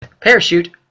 Parachute